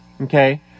okay